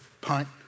Punt